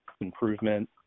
improvement